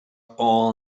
all